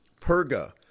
Perga